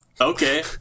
okay